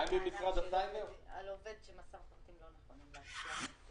קבלת מענק על עובד שמסר פרטים לא נכונים --- כן.